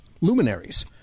luminaries